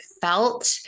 felt